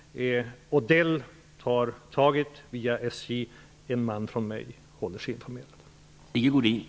Odell tar taget via SJ. En man från mitt departement håller sig informerad.